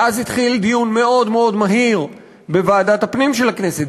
ואז התחיל דיון מאוד מאוד מהיר בוועדת הפנים של הכנסת,